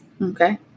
Okay